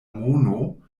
mono